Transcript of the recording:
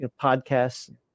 Podcasts